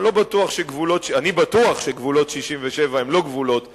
אני בטוח שגבולות 67' הם לא גבולות בני-הגנה,